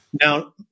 Now